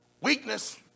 Weakness